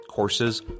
Courses